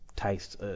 taste